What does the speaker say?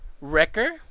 Wrecker